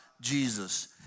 Jesus